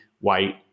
white